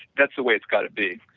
that's the way it's got to be.